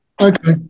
okay